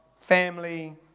family